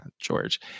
George